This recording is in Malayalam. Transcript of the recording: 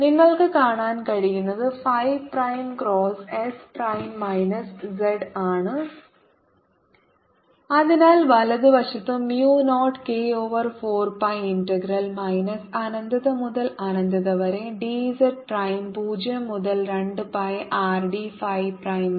നിങ്ങൾക്ക് കാണാൻ കഴിയുന്നത് phi prime cross S prime minus z ആണ് അതിനാൽ വലതുവശത്ത് mu 0 k over 4 pi integral minus അനന്തത മുതൽ അനന്തത വരെ d z പ്രൈം 0 മുതൽ 2 pi R d phi prime വരെ